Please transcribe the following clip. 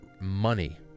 money